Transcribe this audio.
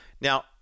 Now